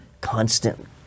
constant